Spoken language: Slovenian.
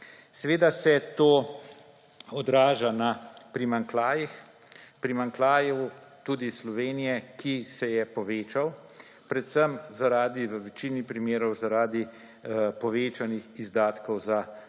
Seveda se to odraža na primanjkljajih; primanjkljaju tudi Slovenije, ki se je povečal predvsem, v večini primerov, zaradi povečanih izdatkov za zdravstvo